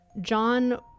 John